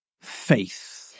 faith